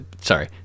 sorry